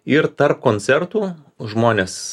ir tarp koncertų žmonės